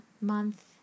month